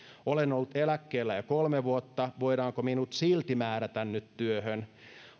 olen ollut eläkkeellä jo kolme vuotta voidaanko minut silti määrätä nyt työhön